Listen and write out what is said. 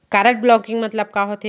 Card blocking मतलब का होथे?